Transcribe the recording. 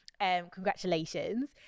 congratulations